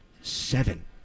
seven